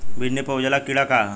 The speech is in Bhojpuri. भिंडी पर उजला कीड़ा का है?